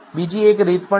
બીજી એક રીત પણ છે